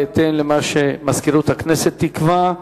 בהתאם למה שמזכירות הכנסת תקבע.